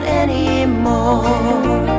anymore